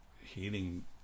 healing